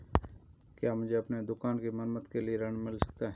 क्या मुझे अपनी दुकान की मरम्मत के लिए ऋण मिल सकता है?